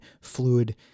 fluid